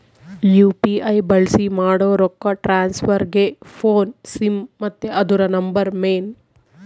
UPI ಬಳ್ಸಿ ಮಾಡೋ ರೊಕ್ಕ ಟ್ರಾನ್ಸ್ಫರ್ಗೆ ಫೋನ್ನ ಸಿಮ್ ಮತ್ತೆ ಅದುರ ನಂಬರ್ ಮೇನ್